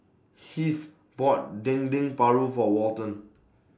Heath bought Dendeng Paru For Walton